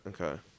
Okay